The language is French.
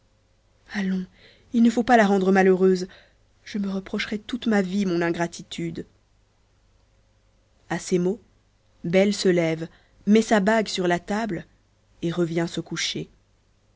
allons il ne faut pas la rendre malheureuse je me reprocherais toute ma vie mon ingratitude à ces mots belle se lève met sa bague sur la table et revient se coucher